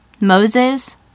Moses